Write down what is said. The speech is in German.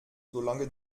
solange